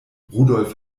rudolf